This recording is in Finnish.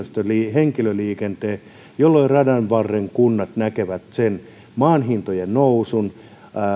henkilöliikenteen jolloin radanvarren kunnat näkevät maanhintojen nousun